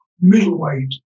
Middleweight